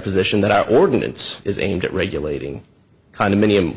position that our ordinance is aimed at regulating condominium